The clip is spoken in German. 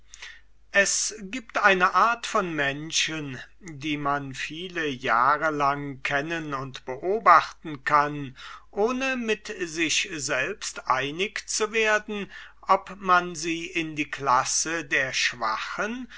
es gibt eine art von menschen die man viele jahre lang kennen und beobachten kann ohne mit sich selbst einig zu werden ob man sie in die classe der schwachen